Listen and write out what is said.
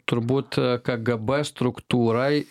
turbūt kgb struktūrai